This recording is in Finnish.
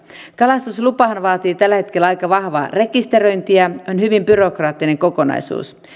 kalastuslupahan vaatii tällä hetkellä aika vahvaa rekisteröintiä se on hyvin byrokraattinen kokonaisuus